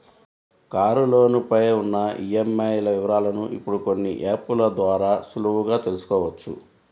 కారులోను పై ఉన్న ఈఎంఐల వివరాలను ఇప్పుడు కొన్ని యాప్ ల ద్వారా సులువుగా తెల్సుకోవచ్చు